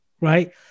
right